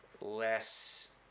less